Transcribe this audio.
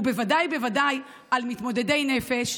ובוודאי בוודאי על מתמודדי נפש,